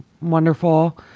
wonderful